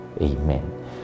Amen